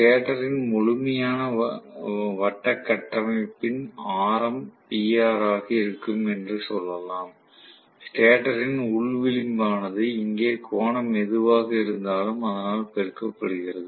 ஸ்டேட்டரின் முழுமையான வட்ட கட்டமைப்பின் ஆரம் PR ஆக இருக்கும் என்று சொல்லலாம் ஸ்டேட்டரின் உள் விளிம்பு ஆனது இங்கே கோணம் எதுவாக இருந்தாலும் அதனால் பெருக்கப்படுகிறது